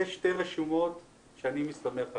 יש שתי רשומות שאני מסתמך עליהן.